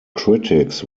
critics